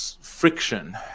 friction